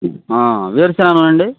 వేరుశెనగ నూనె అండి